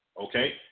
okay